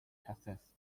texas